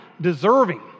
deserving